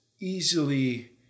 easily